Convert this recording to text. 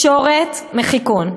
ותקשורת, מחיקון.